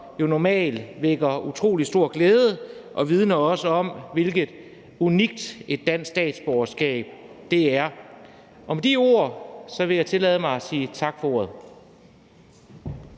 der normalt vækker utrolig stor glæde, og som også vidner om, hvor unikt et dansk statsborgerskab er. Med de ord vil jeg tillade mig at sige tak for ordet.